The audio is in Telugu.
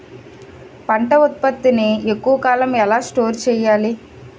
పంట ఉత్పత్తి ని ఎక్కువ కాలం ఎలా స్టోర్ చేయాలి?